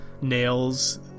nails